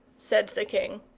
said the king.